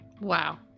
wow